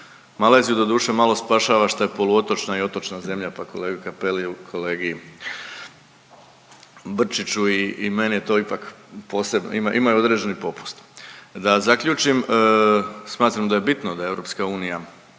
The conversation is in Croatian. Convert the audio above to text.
Maleziju doduše malo spašava što je poluotočna i otočna zemlja, pa kolega Cappelli kolegi Brčiću i meni je to ipak posebno, imaju određeni popust. Da zaključim smatram da je bitno da EU potpiše